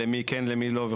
למי כן ולמי לא,